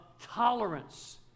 tolerance